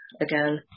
again